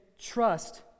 trust